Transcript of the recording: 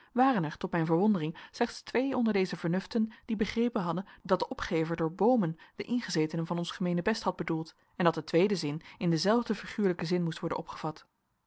waren er tot mijn verwondering slechts twee onder deze vernuften die begrepen hadden dat de opgever door boomen de ingezetenen van ons gemeenebest had bedoeld en dat de tweede zin in denzelfden figuurlijken zin moest worden opgevat